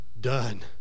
done